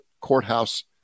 courthouse